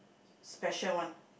special one